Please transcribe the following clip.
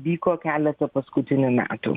vyko keletą paskutinių metų